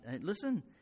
Listen